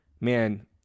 man